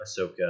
Ahsoka